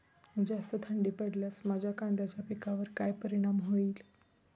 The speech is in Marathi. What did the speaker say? जास्त थंडी पडल्यास माझ्या कांद्याच्या पिकावर काय परिणाम होईल?